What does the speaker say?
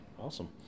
Awesome